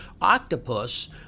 octopus